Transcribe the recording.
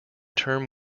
term